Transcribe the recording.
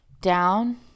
down